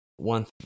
one